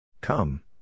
Come